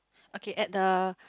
okay at the